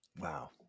Wow